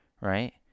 right